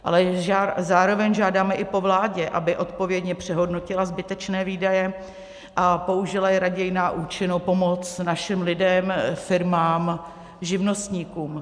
Ale zároveň žádáme i po vládě, aby odpovědně přehodnotila zbytečné výdaje a použila je raději na účinnou pomoc našim lidem, firmám, živnostníkům.